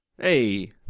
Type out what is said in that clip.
Hey